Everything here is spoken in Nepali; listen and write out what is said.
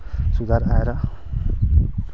सुधार आएर